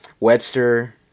Webster